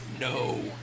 No